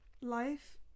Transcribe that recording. life